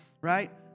right